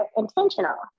intentional